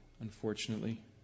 unfortunately